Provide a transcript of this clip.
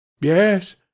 Yes